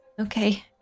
Okay